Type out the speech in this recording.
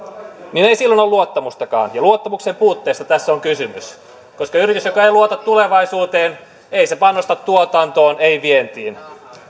niin ei silloin ole luottamustakaan ja luottamuksen puutteesta tässä on kysymys koska yritys joka ei luota tulevaisuuteen ei panosta tuotantoon ei vientiin